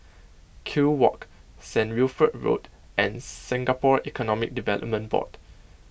Kew Walk Saint Wilfred Road and Singapore Economic Development Board